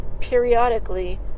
periodically